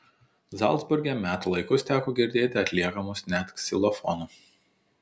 zalcburge metų laikus teko girdėti atliekamus net ksilofono